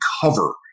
cover